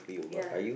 ya